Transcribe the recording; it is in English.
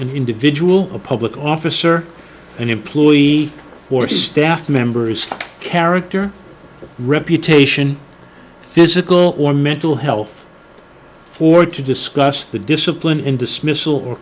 individual a public officer an employee or staff members character or reputation physical or mental health or to discuss the discipline and dismissal or